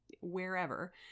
wherever